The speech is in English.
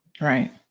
Right